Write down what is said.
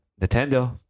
Nintendo